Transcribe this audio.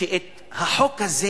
אני חושב שהחוק הזה